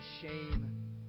shame